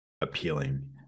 appealing